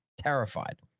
Terrified